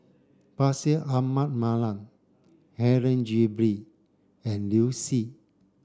Bashir Ahmad Mallal Helen Gilbey and Liu Si